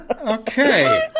Okay